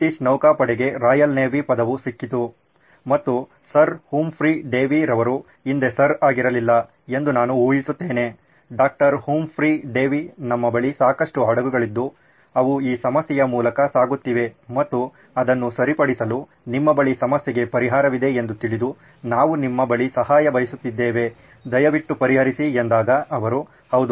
British ನೌಕಾಪಡೆಗೆ Royal Navy ಪದವು ಸಿಕ್ಕಿತು ಮತ್ತು ಸರ್ ಹುಂಫ್ರಿ ಡೇವಿ ರವರು ಹಿಂದೆ ಸರ್ ಅಗಿರಲಿಲ್ಲ ಎಂದು ನಾನು ಊಹಿಸುತ್ತೇನೆ ಡಾಕ್ಟರ್ ಹುಂಫ್ರಿ ಡೇವಿ ನಮ್ಮ ಬಳಿ ಸಾಕಷ್ಟು ಹಡಗುಗಳಿದ್ದು ಅವು ಈ ಸಮಸ್ಯೆಯ ಮೂಲಕ ಸಾಗುತ್ತಿವೆ ಮತ್ತು ಅದನ್ನು ಸರಿಪಡಿಸಲು ನಿಮ್ಮ ಬಳಿ ಸಮಸ್ಯೆಗೆ ಪರಿಹಾರವಿದೆ ಎಂದು ತಿಳಿದು ನಾವು ನಿಮ್ಮ ಬಳಿ ಸಹಾಯ ಬಯಸುತ್ತಿದ್ದೇವೆ ದಯವಿಟ್ಟು ಪರಿಹರಿಸಿ ಎಂದಾಗ ಅವರು ಹೌದು